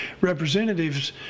Representatives